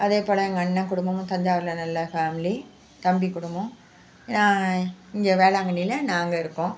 அதே போல எங்கள் அண்ணன் குடும்பமும் தஞ்சாவூரில் நல்ல ஃபேமிலி தம்பி குடும்பம் நான் இங்கே வேளாங்கண்ணியில நாங்கள் இருக்கோம்